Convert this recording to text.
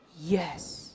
yes